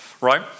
Right